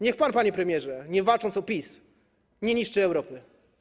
Niech pan, panie premierze, nie walcząc o PiS, nie niszczy Europy.